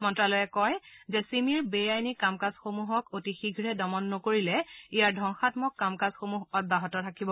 মন্তালয়ে কয় যে চিমিৰ বে আইনী কাম কাজ সমূহত অতি শীঘ্ৰে দমন নকৰিলে ইয়াৰ ধবংসাম্মক কামকাজসমূহ অব্যাহত ৰাখিব